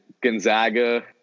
Gonzaga